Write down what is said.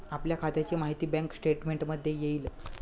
आपल्या खात्याची माहिती बँक स्टेटमेंटमध्ये येईल